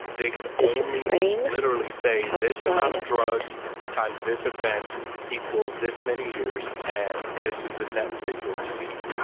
they can only literally say this amount of drugs times this offence equals this many years and this is the sentence that you will receive.